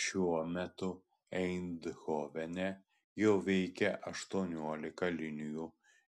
šiuo metu eindhovene jau veikia aštuoniolika linijų